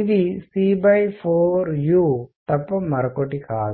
ఇది c by 4 u తప్ప మరొకటి కాదు